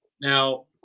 now